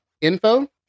info